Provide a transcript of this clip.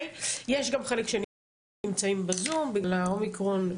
יש גם חלק שנמצאים בזום בגלל האומיקרון.